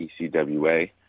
ECWA